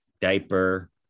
diaper